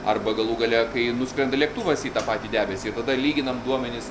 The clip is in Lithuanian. arba galų gale kai nuskrenda lėktuvas į tą patį debesį tada lyginam duomenis